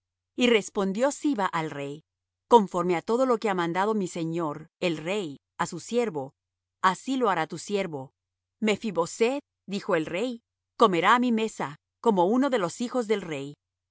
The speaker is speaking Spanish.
y respondió siba al rey conforme á todo lo que ha mandado mi señor el rey á su siervo así lo hará tu siervo mephi boseth dijo el rey comerá á mi mesa como uno de los hijos del rey y